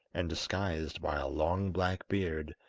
and disguised by a long black beard,